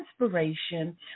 inspiration